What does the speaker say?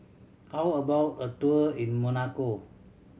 how about a tour in Monaco